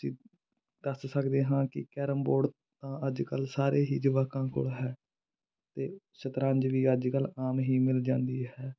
ਜੀ ਦੱਸ ਸਕਦੇ ਹਾਂ ਕਿ ਕੈਰਮ ਬੋਰਡ ਤਾਂ ਅੱਜ ਕੱਲ੍ਹ ਸਾਰੇ ਹੀ ਜਵਾਕਾਂ ਕੋਲ ਹੈ ਅਤੇ ਸ਼ਤਰੰਜ ਵੀ ਅੱਜ ਕੱਲ੍ਹ ਆਮ ਹੀ ਮਿਲ ਜਾਂਦੀ ਹੈ